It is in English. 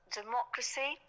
democracy